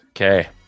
Okay